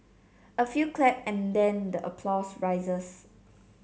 a few clap and then the applause rises